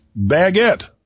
baguette